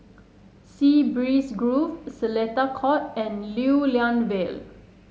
Sea Breeze Grove Seletar Court and Lew Lian Vale